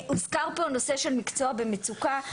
הוזכר פה הנושא של מקצוע במצוקה.